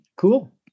cool